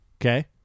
Okay